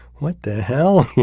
what the hell. and